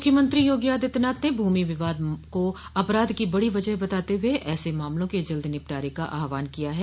मुख्यमंत्री योगी आदित्यनाथ ने भूमि विवाद को अपराध की बड़ी वज़ह बताते हुए ऐसे मामलों के जल्द निपटारे का आहवान किया है